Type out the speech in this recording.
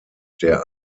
der